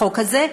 החוק הזה,